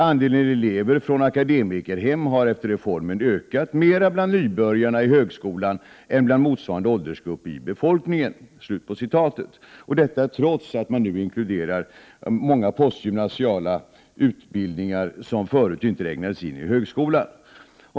Andelen elever från akademikerhem har efter reformen ökat mera bland nybörjarna i högskolan än bland motsvarande åldersgrupp i befolkningen.” — Detta trots att man nu inkluderar många postgymnasiala utbildningar som förut inte räknades in i högskolan.